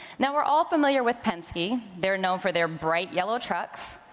now, we're all familiar with penske, they're know for their bright yellow trucks.